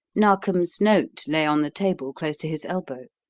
narkom's note lay on the table close to his elbow.